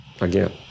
again